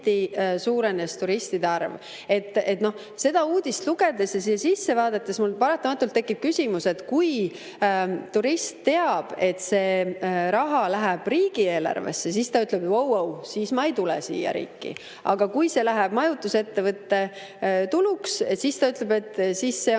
suurenes turistide arv. Seda uudist lugedes ja siia sisse vaadates mul paratamatult tekib küsimus. Kui turist teab, et see raha läheb riigieelarvesse, siis ta ütleb oi-oi, ma ei tule siia riiki, aga kui see läheb majutusettevõtte tuluks, siis ta ütleb, et see on